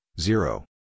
zero